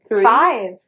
five